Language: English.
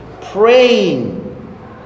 praying